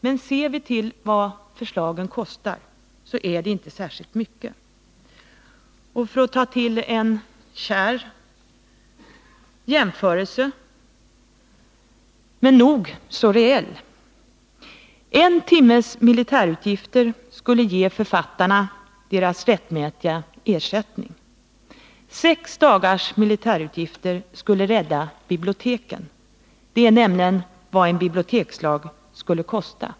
Men ser vi till vad förslagen kostar finner vi att det inte är särskilt mycket. Låt mig göra en kärv, men nog så reell jämförelse. En timmes militärutgifter skulle ge författarna deras rättmätiga ersättning. Sex dagars militärutgifter skulle rädda biblioteken — det är nämligen vad genomförandet av en bibliotekslag skulle kosta.